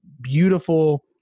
beautiful